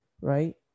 right